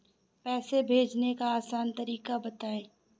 पैसे भेजने का आसान तरीका बताए?